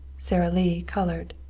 sara lee colored.